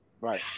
right